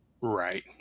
Right